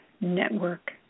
Network